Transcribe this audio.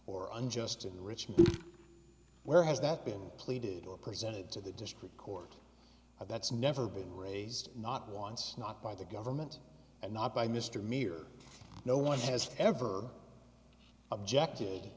or unjust enrichment where has that been pleaded or presented to the district court that's never been raised not once not by the government and not by mr meir no one has ever objected